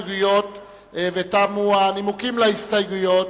ההסתייגות, ותמו הנימוקים להסתייגויות.